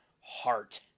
Heart